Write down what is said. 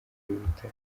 bitaro